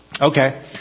Okay